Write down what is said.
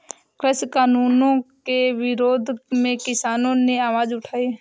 कृषि कानूनों के विरोध में किसानों ने आवाज उठाई